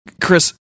Chris